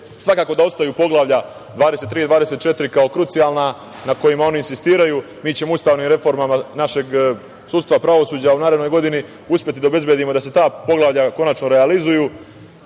Svakako da ostaju Poglavlja 23, 24 kao krucijalna na kojima oni insistiraju. Mi ćemo ustavnim reformama našeg sudstva, pravosuđa u narednoj godini uspeti da obezbedimo da se ta poglavlja konačno realizuju.